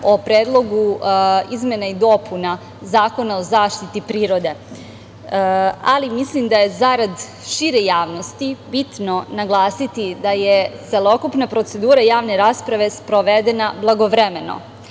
o predlogu izmena i dopuna Zakona o zaštiti prirode, ali mislim da je zarad šire javnosti bitno naglasiti da je celokupna procedura javne rasprave sprovedena blagovremeno,